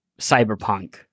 cyberpunk